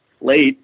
late